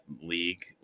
league